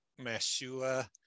mashua